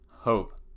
hope